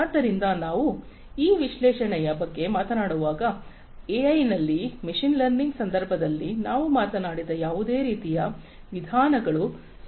ಆದ್ದರಿಂದ ನಾವು ಈ ವಿಶ್ಲೇಷಣೆಯ ಬಗ್ಗೆ ಮಾತನಾಡುವಾಗ ಎಐನಲ್ಲಿ ಮೆಷೀನ್ ಲರ್ನಿಂಗ್ ಸಂದರ್ಭದಲ್ಲಿ ನಾವು ಮಾತನಾಡಿದ ಯಾವುದೇ ರೀತಿಯ ವಿಧಾನಗಳು ಸಹ ಇಲ್ಲಿ ಅನ್ವಯವಾಗುತ್ತವೆ